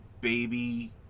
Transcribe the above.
Baby